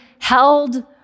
held